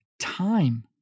time